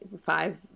five